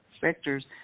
Sectors